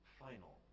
final